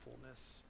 fullness